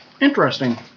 Interesting